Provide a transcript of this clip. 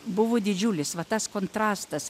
buvo didžiulis va tas kontrastas